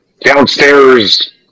downstairs